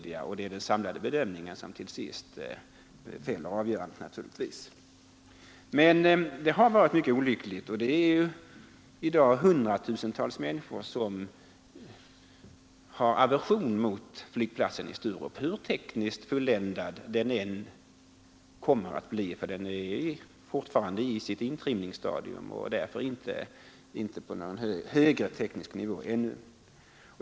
Till sist är det dock den samlade bedömningen som fäller avgörandet. Det har varit mycket olyckligt, och i dag är det hundratusentals människor som hyser aversion mot flygplatsen i Sturup, hur tekniskt fulländad den än kommer att bli. Fortfarande befinner den sig på sitt intrimningsstadium och är därför ännu inte på någon högre teknisk nivå.